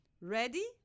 ready